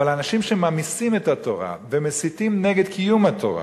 אבל אנשים שממאיסים את התורה ומסיתים נגד קיום התורה,